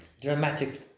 Dramatic